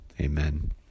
Amen